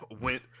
went